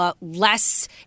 less